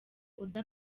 oda